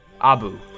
Abu